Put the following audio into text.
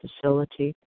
facility